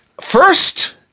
First